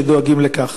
שדואגים לכך